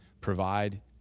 provide